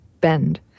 bend